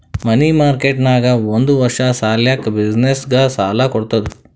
ಮನಿ market ನಾಗ್ ಒಂದ್ ವರ್ಷ ಸಲ್ಯಾಕ್ ಬಿಸಿನ್ನೆಸ್ಗ ಸಾಲಾ ಕೊಡ್ತುದ್